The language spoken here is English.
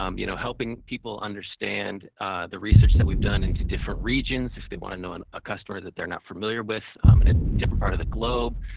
um you know helping people understand the research that we've done into different regions. if they want to know and a customer that they're not familiar with in a different part of the globe.